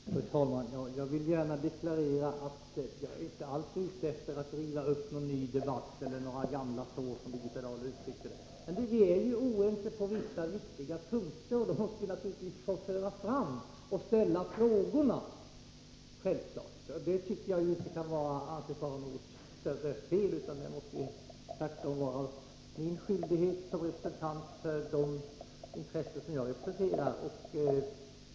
Fru talman! Jag vill gärna deklarera att jag inte alls är ute efter att ta upp någon ny debatt eller riva upp gamla sår, som Birgitta Dahl uttryckte det. Men vi är ju oense på vissa viktiga punkter, och då måste vi naturligtvis få föra fram våra synpunkter och ställa frågor. Det tycker jag inte kan anses vara något större fel. Tvärtom är det min skyldighet att göra det och tala för de intressen som jag representerar.